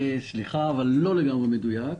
סליחה, זה לא לגמרי מדויק.